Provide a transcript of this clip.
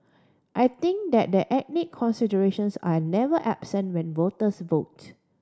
I think that that ethnic considerations are never absent when voters vote